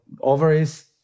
ovaries